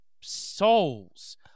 souls